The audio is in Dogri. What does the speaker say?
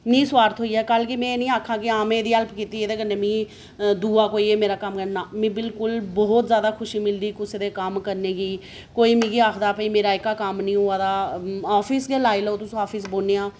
निस्वार्थ होइयै कल गी में एह् नीं आक्खां कि हां में एह् दी हैल्प कीती एह्दे कन्नै मिगी दूआ ऐ मेरा कोई कम्म ऐ ना मिगी बिल्कूल बहुत जैदा खुशी मिलदी मिगी कुसै दे कम्म करने दी कोई मिगी आखदा कि मेरा एह् का कम्म नी होआ दा आफिस गै लाई लैओ अस आफिस बौह्न्ने आं